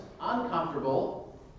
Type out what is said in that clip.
uncomfortable